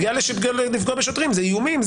פגיעה לפגוע בשוטרים זה איומים,